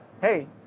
hey